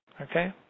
Okay